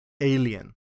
alien